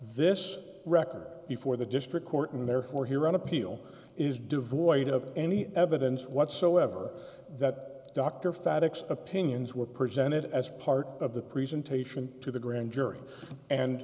this record before the district court and therefore here on appeal is devoid of any evidence whatsoever that dr fabrics opinions were presented as part of the presentation to the grand jury and